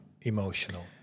emotional